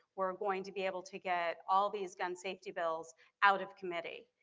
we're going to be able to get all these gun safety bills out of committee.